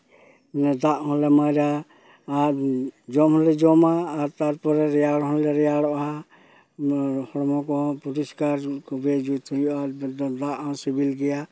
ᱫᱟᱜ ᱦᱚᱸᱞᱮ ᱢᱟᱹᱨᱟ ᱟᱨ ᱡᱚᱢ ᱦᱚᱸᱞᱮ ᱡᱚᱢᱟ ᱟᱨ ᱛᱟᱨᱯᱚᱨᱮ ᱨᱮᱭᱟᱲ ᱦᱚᱸᱞᱮ ᱨᱮᱭᱟᱲᱚᱜᱼᱟ ᱦᱚᱲᱢᱚ ᱠᱚᱦᱚᱸ ᱯᱚᱨᱤᱥᱠᱟᱨ ᱠᱷᱩᱵᱮ ᱡᱩᱛ ᱦᱩᱭᱩᱜᱼᱟ ᱫᱟᱜ ᱦᱚᱸ ᱥᱤᱵᱤᱞ ᱜᱮᱭᱟ